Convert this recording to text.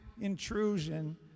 intrusion